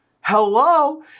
Hello